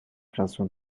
créations